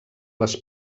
les